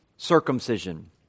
circumcision